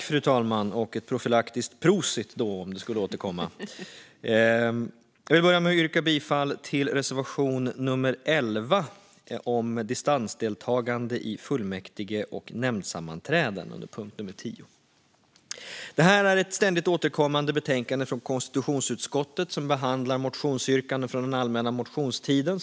Fru talman! Jag vill börja med att yrka bifall till reservation nummer 11, under punkt 10, om distansdeltagande i fullmäktige och nämndsammanträden. Detta är ett ständigt återkommande betänkande från konstitutionsutskottet som behandlar motionsyrkanden från den allmänna motionstiden.